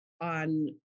on